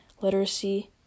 literacy